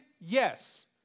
Yes